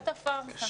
זאת הפארסה.